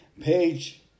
Page